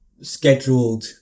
scheduled